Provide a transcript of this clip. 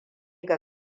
ga